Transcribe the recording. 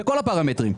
בכל הפרמטרים.